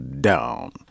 down